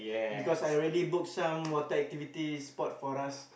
because I already book some water activities sport for us